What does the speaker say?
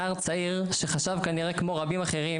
נער צעיר שחשב כנראה כמו רבים אחרים,